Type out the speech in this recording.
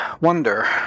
wonder